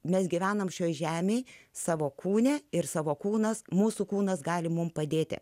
mes gyvename šioje žemėje savo kūne ir savo kūnas mūsų kūnas gali mums padėti